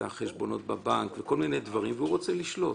חשבונות הבנק הוא רוצה לשלוט.